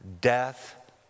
death